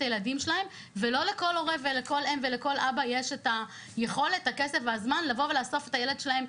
הילדים שלהם ולא לכל הורה יש את היכולת הכסף והזמן לאסוף את הילד שלהם,